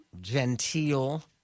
genteel